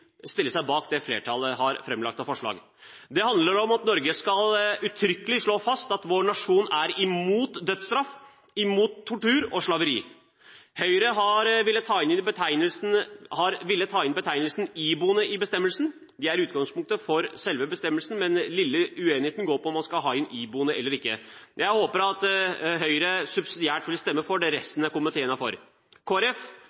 stille seg bak det flertallet har framlagt av forslag. Det handler om at Norge uttrykkelig skal slå fast at vår nasjon er imot dødsstraff, tortur og slaveri. Høyre har villet ha inn betegnelsen «iboende» i bestemmelsen. De er i utgangspunktet for selve bestemmelsen, men den lille uenigheten går på om man skal ha inn «iboende», eller ikke. Jeg håper at Høyre subsidiært vil stemme for det